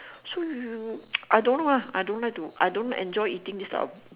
so you I don't know lah I don't like to I don't like enjoy eating these type of